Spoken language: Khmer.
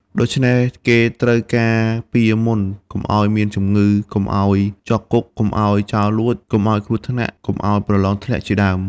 ដូច្នេះ គេត្រូវការពារមុន កុំឲ្យមានជំងឺ កុំឲ្យជាប់គុក កុំឲ្យចោរលួច កុំឲ្យគ្រោះថ្នាក់ កុំឲ្យប្រឡងធ្លាក់ជាដើម ។